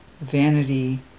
vanity